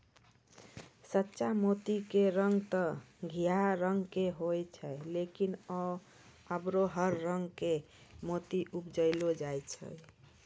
सच्चा मोती के रंग तॅ घीयाहा रंग के होय छै लेकिन आबॅ हर रंग के मोती उपजैलो जाय छै